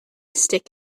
stick